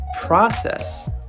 process